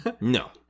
No